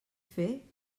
fer